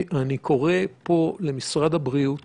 מפה למשרד הבריאות